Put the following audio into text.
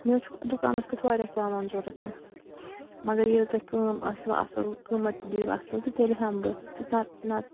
مےٚ حظ چھُ دُکانَس کیُتھ واریاہ سامان ضوٚرَتھ مگر ییٚلہِ تۄہہِ کٲم آسِوٕ اَصٕل قۭمَتھ تہِ دِو اَصٕل تہٕ تیٚلہِ ہٮ۪مہٕ بہٕ تہٕ نَتہٕ نَتہٕ